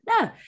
no